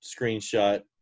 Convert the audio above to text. screenshot